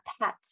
pet